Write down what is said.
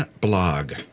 blog